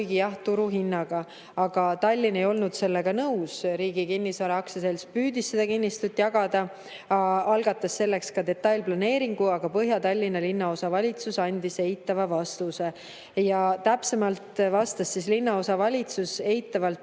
jah, turuhinnaga. Tallinn ei olnud sellega nõus. Riigi Kinnisvara AS püüdis seda kinnistut jagada, algatas selleks ka detailplaneeringu, aga Põhja-Tallinna linnaosavalitsus andis eitava vastuse. Täpsemalt vastas linnaosavalitsus eitavalt